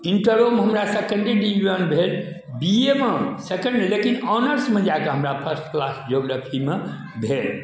इंटरोमे हमरा सकेंडे डिबिजन भेल बी ए मे सकेंड लेकिन ओनर्समे जाके हमरा फर्स्ट क्लास जोग्रफीमे भेल